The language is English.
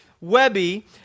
webby